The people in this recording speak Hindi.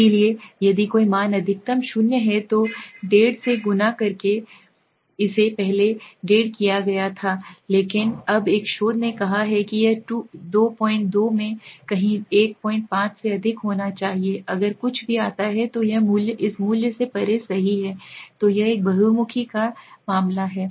इसलिए यदि कोई मान अधिकतम शून्य है तो 15 से गुणा करके इसे पहले 15 किया गया था लेकिन अब एक शोध ने कहा है कि यह 22 में कहीं 15 से अधिक होना चाहिए अगर कुछ भी आता है तो यह मूल्य इस मूल्य से परे सही है तो यह एक बहिर्मुखी का एक मामला है